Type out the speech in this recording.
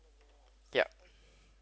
yeah